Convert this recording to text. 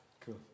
Cool